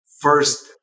first